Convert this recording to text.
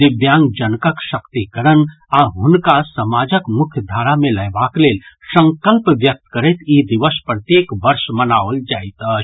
दिव्यांगजनकक सशक्तिकरण आ हुनका समाजक मुख्यधारा मे लयबाक लेल संकल्प व्यक्त करैत ई दिवस प्रत्येक वर्ष मनाओल जाइत अछि